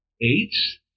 H-